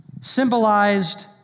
symbolized